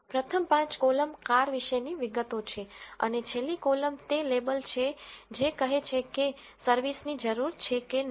પ્રથમ પાંચ column car વિશેની વિગતો છે અને છેલ્લી કોલમ તે લેબલ છે જે કહે છે કે સર્વિસની જરૂર છે કે નહીં